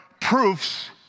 proofs